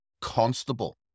constable